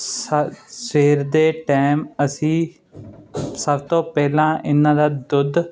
ਸ ਸਵੇਰ ਦੇ ਟਾਈਮ ਅਸੀਂ ਸਭ ਤੋਂ ਪਹਿਲਾਂ ਇਹਨਾਂ ਦਾ ਦੁੱਧ